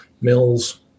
mills